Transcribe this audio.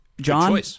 John